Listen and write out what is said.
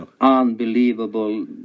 unbelievable